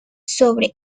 sobre